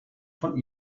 von